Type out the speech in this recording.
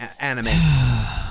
anime